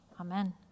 Amen